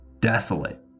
desolate